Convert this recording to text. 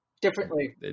Differently